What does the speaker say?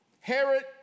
Herod